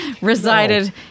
resided